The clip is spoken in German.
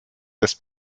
des